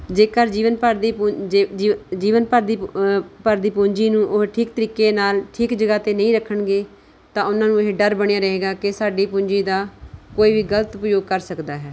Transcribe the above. ਜੇਕਰ ਜੀਵਨ ਭਰ ਦੀ ਪੂ ਜੇ ਜੀ ਜੀਵਨ ਭਰ ਦੀ ਭਰ ਦੀ ਪੂੰਜੀ ਨੂੰ ਉਹ ਠੀਕ ਤਰੀਕੇ ਨਾਲ ਠੀਕ ਜਗ੍ਹਾ 'ਤੇ ਨਹੀਂ ਰੱਖਣਗੇ ਤਾਂ ਉਹਨਾਂ ਨੂੰ ਇਹ ਡਰ ਬਣਿਆ ਰਹੇਗਾ ਕਿ ਸਾਡੀ ਪੂੰਜੀ ਦਾ ਕੋਈ ਵੀ ਗਲਤ ਉਪਯੋਗ ਕਰ ਸਕਦਾ ਹੈ